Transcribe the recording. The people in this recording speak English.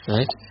Right